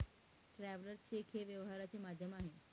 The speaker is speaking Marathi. ट्रॅव्हलर चेक हे व्यवहाराचे माध्यम आहे